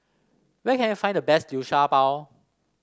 where can I find the best Liu Sha Bao